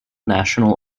national